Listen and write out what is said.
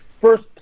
first